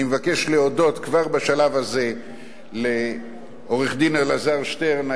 אני מבקש להודות כבר בשלב הזה לעורך-הדין אלעזר שטרן,